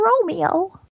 Romeo